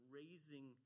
raising